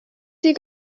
sea